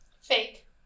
Fake